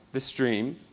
the stream,